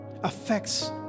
affects